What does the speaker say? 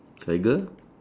tiger